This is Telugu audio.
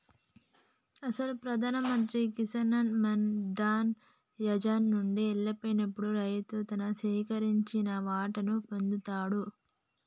అసలు ప్రధాన మంత్రి కిసాన్ మాన్ ధన్ యోజన నండి ఎల్లిపోయినప్పుడు రైతు తను సేకరించిన వాటాను పొందుతాడు